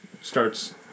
starts